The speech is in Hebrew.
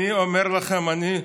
אני אומר לכם, אני מתחייב: